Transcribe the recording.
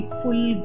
full